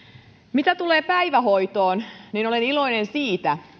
mitä tulee päivähoitoon niin olen iloinen siitä